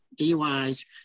DUIs